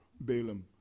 Balaam